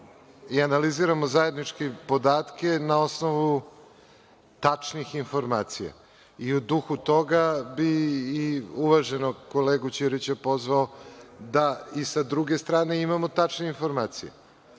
i analiziramo zajednički podatke na osnovu tačnih informacija, i u duhu toga bih uvaženog kolegu Ćirića pozvao da i sa druge strane imamo tačne informacije. Proizvodnja